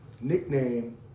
nickname